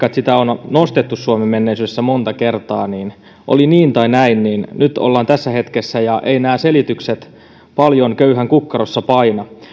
että sitä on on nostettu suomen menneisyydessä monta kertaa oli niin tai näin niin nyt ollaan tässä hetkessä eivätkä nämä selitykset paljon köyhän kukkarossa paina